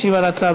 ישיב על ההצעה,